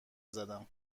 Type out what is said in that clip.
زدم